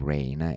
Rain